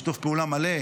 בשיתוף פעולה מלא,